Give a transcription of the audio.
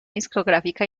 discográfica